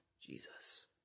Jesus